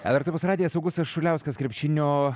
lrt opus radijas augustas šuliauskas krepšinio